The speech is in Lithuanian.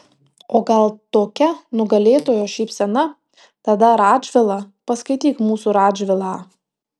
o gal tokia nugalėtojo šypsena tada radžvilą paskaityk mūsų radžvilą